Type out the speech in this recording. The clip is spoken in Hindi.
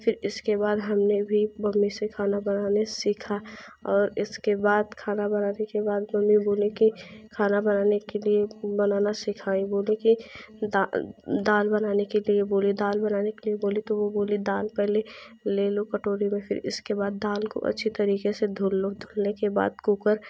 फ़िर इसके हमने भी मम्मी से खाना बनाने सीखा और इसके बाद खाना बनाने के बाद मम्मी बोली की खाना बनाने के लिए बनाना सिखाईं बोली कि दाल बनाने के लिए बोली दाल बनाने के लिए बोली तो वो बोली दाल पहले ले लो कटोरी में फ़िर इसके बाद दाल को अच्छी तरीके से धुल लो धुलने के बाद कूकर